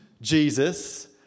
Jesus